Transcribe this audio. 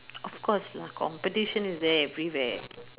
of course lah competition is there everywhere